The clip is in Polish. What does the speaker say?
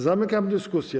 Zamykam dyskusję.